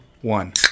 one